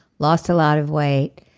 lost a lot of weight,